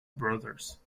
brothers